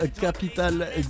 Capital